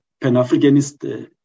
pan-Africanist